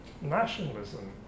nationalism